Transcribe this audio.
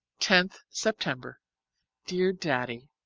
tenth september dear daddy,